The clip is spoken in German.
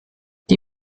die